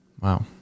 Wow